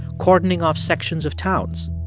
cordoning off sections of towns.